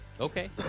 Okay